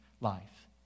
life